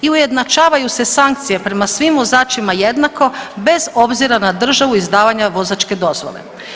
I ujednačavaju se sankcije prema svim vozačima jednako bez obzira na državu izdavanja vozačke dozvole.